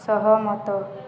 ସହମତ